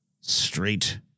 straight